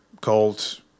called